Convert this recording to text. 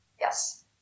Yes